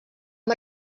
amb